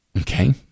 Okay